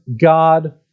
God